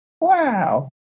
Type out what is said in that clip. Wow